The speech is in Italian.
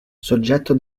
soggetto